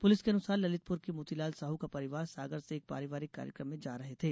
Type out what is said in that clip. प्रलिस के अनुसार ललितपुर के मोतीलाल साहू का परिवार सागर से एक पारिवारिक कार्यक्रम में जा रहे थे